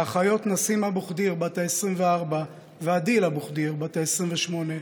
האחיות נסים אבו-חדיר בת ה-24 והדיל אבו-חדיר בת ה-28,